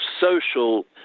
social